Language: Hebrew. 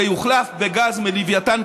זה יוחלף בגז מלווייתן,